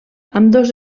ambdós